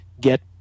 get